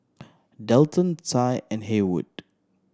Delton Tye and Haywood